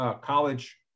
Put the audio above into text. college